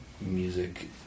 music